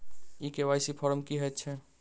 ई KYC form की हएत छै?